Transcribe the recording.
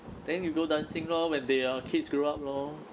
then you go dancing lor when they your kids grew up lor